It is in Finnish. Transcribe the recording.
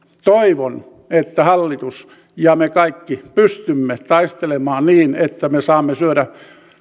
toivon että hallitus ja me kaikki pystymme taistelemaan niin että me saamme syödä